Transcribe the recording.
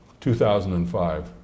2005